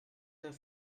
and